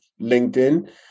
LinkedIn